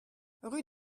rue